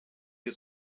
you